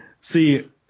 See